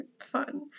fun